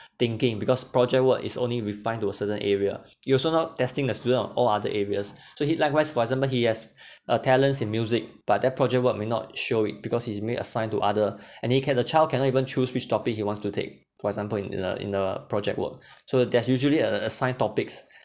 thinking because project work is only refined to a certain area you also not testing the student on all other areas so heed likewise for example he has a talents in music but their project work may not show it because he he's may assigned to other and he can the child cannot even choose which topic he wants to take for example in a in a project work so there's usually uh a assigned topics